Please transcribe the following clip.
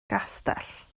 castell